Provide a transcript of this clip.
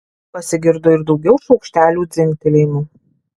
pasigirdo ir daugiau šaukštelių dzingtelėjimų